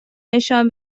نشان